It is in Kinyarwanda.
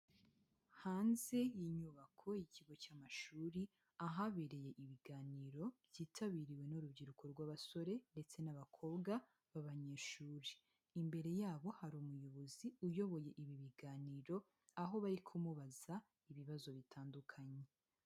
Hanze y'inyubako ikigo cy'amashuri ahabereye ibiganiro byitabiriwe n'urubyiruko rw'abasore ndetse n'abakobwa b'abanyeshuri. Imbere yabo hari umuyobozi uyoboye ibi biganiro aho bari kumubaza ibibazo bitandukanye.